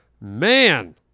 Man